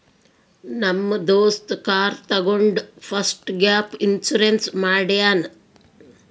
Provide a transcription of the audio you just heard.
ನಮ್ ದೋಸ್ತ ಕಾರ್ ತಗೊಂಡ್ ಫಸ್ಟ್ ಗ್ಯಾಪ್ ಇನ್ಸೂರೆನ್ಸ್ ಮಾಡ್ಯಾನ್